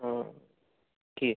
অঁ কি